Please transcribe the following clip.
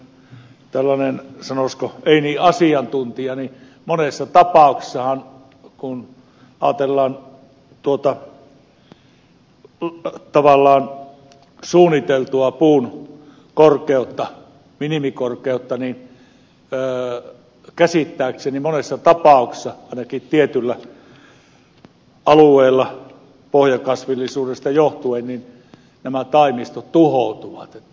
kun ajatellaan tilannetta että on tällainen sanoisiko ei niin asiantuntija niin käsittääkseni monessa tapauksessa kun ajatellaan tavallaan suunniteltua puun minimikorkeutta ainakin tietyllä alueella pohjakasvillisuudesta johtuen nämä taimistot tuhoutuvat